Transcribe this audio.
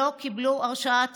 לא קיבלו הרשאה תקציבית.